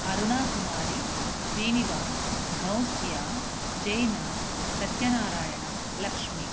अरुणाकुमारी श्रीनिवासः घौंस्या जैना सत्यनारायणालक्ष्मी